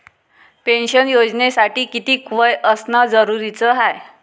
Pension योजनेसाठी कितीक वय असनं जरुरीच हाय?